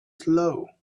slow